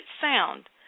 sound